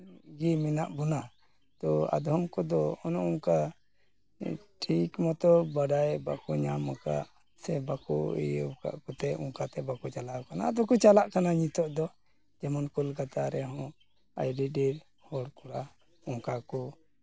ᱜᱮ ᱢᱮᱱᱟᱜ ᱵᱚᱱᱟ ᱛᱳ ᱟᱫᱚᱢ ᱠᱚᱫᱚ ᱚᱱᱮ ᱚᱱᱠᱟ ᱴᱷᱤᱠ ᱢᱚᱛᱳ ᱵᱟᱲᱟᱭ ᱵᱟᱠᱚ ᱧᱟᱢ ᱠᱟᱜ ᱥᱮ ᱵᱟᱠᱚ ᱤᱭᱟᱹ ᱠᱟᱜ ᱠᱚᱛᱮ ᱚᱱᱠᱟᱛᱮ ᱵᱟᱠᱚ ᱪᱟᱞᱟᱣ ᱠᱟᱱᱟ ᱟᱫᱚ ᱠᱚ ᱪᱟᱞᱟᱜ ᱠᱟᱱᱟ ᱱᱤᱛᱚᱜ ᱫᱚ ᱡᱮᱢᱚᱱ ᱠᱳᱞᱠᱟᱛᱟ ᱨᱮᱦᱚᱸ ᱟᱹᱰᱤ ᱰᱷᱮᱨ ᱦᱚᱲ ᱠᱚᱲᱟ ᱚᱱᱠᱟ ᱠᱚ